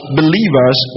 believers